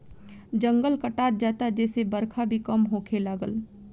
जंगल कटात जाता जेसे बरखा भी कम होखे लागल